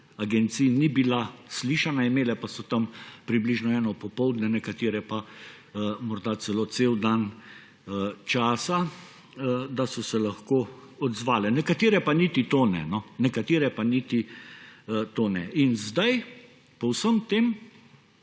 agencij ni bila slišana, imele pa so tam približno eno popoldne, nekatere pa morda celo cel dan časa, da so se lahko odzvale. Nekatere pa niti to ne. In zdaj po vsem tem